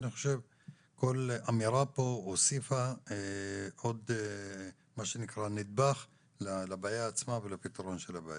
אני חושב שכל אמירה פה הוסיפה עוד נדבך לבעיה עצמה ולפתרון של הבעיה.